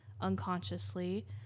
unconsciously